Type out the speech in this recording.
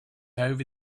over